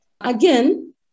Again